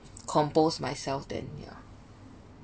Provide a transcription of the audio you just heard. compose myself then ya